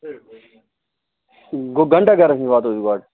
گوٚو گھنٹا گَرس نِش واتو أسۍ گۄڈٕ